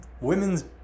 women's